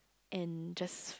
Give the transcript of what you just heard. and just